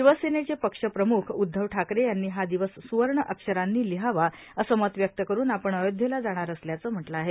शिवसेनेचे पक्ष प्रमख उद्धव ठाकरे यांनी हा दिवस स्रुवर्ण अक्षरांनी लिहावा असं मत व्यक्त करून आपण अयोध्येला जाणार असल्याचं म्हटलं आहे